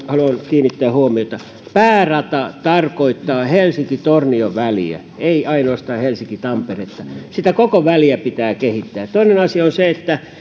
kiinnittää huomiota päärata tarkoittaa helsinki tornio väliä ei ainoastaan helsinki tamperetta sitä koko väliä pitää kehittää toinen asia on se että